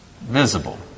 visible